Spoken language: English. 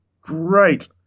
great